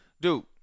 Dude